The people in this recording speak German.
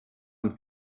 und